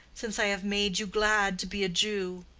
since i have made you glad to be a jew?